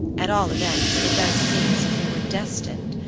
at all events it does seem as if we were destined,